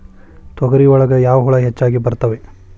ತೊಗರಿ ಒಳಗ ಯಾವ ಹುಳ ಹೆಚ್ಚಾಗಿ ಬರ್ತವೆ?